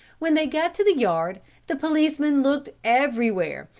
when they got to the yard the policeman looked everywhere,